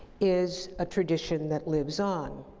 is a tradition that lives on.